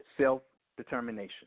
self-determination